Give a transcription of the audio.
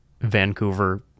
Vancouver